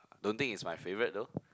don't think it's my favourite though